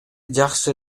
жакшы